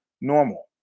normal